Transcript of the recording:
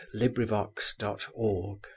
LibriVox.org